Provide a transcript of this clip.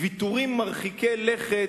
ויתורים מרחיקי לכת,